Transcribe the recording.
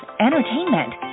entertainment